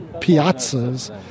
piazzas